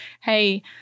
hey